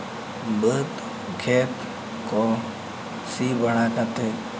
ᱵᱟᱹᱫᱽ ᱠᱷᱮᱛ ᱠᱚ ᱥᱤ ᱵᱟᱲᱟ ᱠᱟᱛᱮᱫ